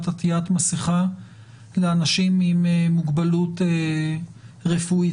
עטית מסיכה לאנשים עם מוגבלות רפואית,